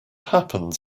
happens